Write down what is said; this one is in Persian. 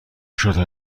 شده